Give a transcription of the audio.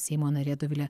seimo narė dovilė